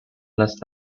last